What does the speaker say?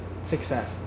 success